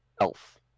elf